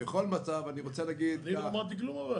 לא אמרתי כלום.